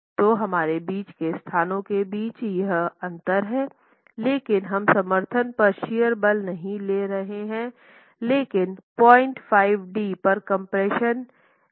तो हमारे बीच के स्थानों के बीच यह अंतर है लेकिन हम समर्थन पर शियर बल नहीं ले रहे है लेकिन 05d पर कम्प्रेशन एट में उपलब्ध है